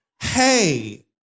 hey